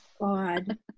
God